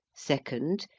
second,